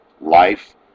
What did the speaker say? life